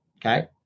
Okay